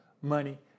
money